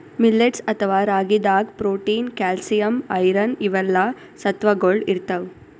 millets ಅಥವಾ ರಾಗಿದಾಗ್ protein, calcium, iron ಇವೆಲ್ಲಾ ಸತ್ವಗೊಳ್ ಇರ್ತವ್